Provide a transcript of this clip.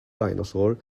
dinosaur